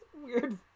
weird